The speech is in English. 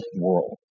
world